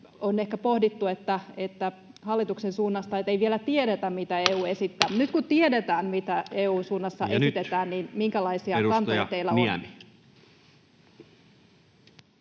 on ehkä pohdittu hallituksen suunnasta, että ei vielä tiedetä, mitä EU esittää, mutta nyt kun tiedetään, mitä EU:n suunnassa esitetään, niin minkälaisia kantoja teillä on?